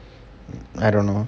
I don't know